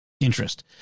interest